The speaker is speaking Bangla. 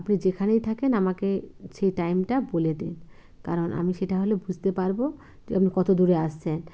আপনি যেখানেই থাকেন আমাকে সেই টাইমটা বলে দিন কারণ আমি সেটা হলে বুঝতে পারব যে আপনি কত দূরে আসছেন